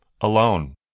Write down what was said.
alone